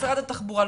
משרד התחבורה,